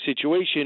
situation